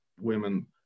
women